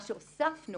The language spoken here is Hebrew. מה שהוספנו